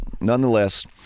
nonetheless